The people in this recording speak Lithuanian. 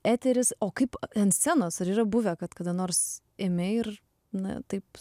eteris o kaip ant scenos ar yra buvę kad kada nors ėmei ir na taip